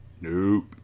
Nope